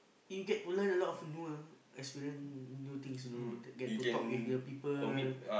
you get to learn a lot of new experience new things you know get to talk to the people